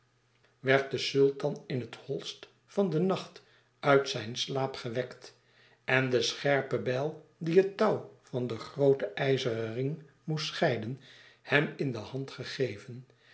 werd de sultan in het holste van den nacht uit zijn slaap gewekt en de scherpe bijl die het touw van den grooten ijzeren ring moest scheiden hem in de hand gegeven